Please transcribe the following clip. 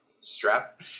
strap